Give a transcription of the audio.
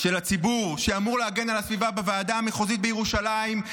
הציבור שאמור להגן על הסביבה בוועדה המחוזית בירושלים,